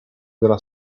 della